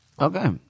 okay